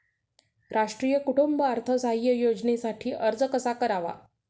राष्ट्रीय कुटुंब अर्थसहाय्य योजनेसाठी अर्ज कसा करावा?